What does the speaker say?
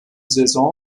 saison